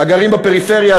הגרים בפריפריה?